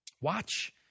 Watch